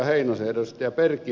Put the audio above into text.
heinosen ja ed